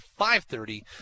5:30